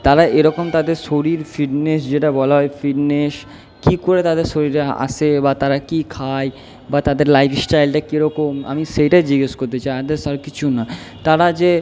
তারা এ রকম তাদের শরীর ফিটনেস যেটা বলা হয় ফিটনেস কী করে তাদের শরীরে আসে বা তারা কী খায় বা তাদের লাইফ স্টাইলটা কী রকম আমি সেইটাই জিগেস করতে চাই আদার্স আর কিছু না তারা যে